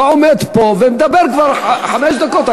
אתה עומד פה ומדבר כבר חמש דקות.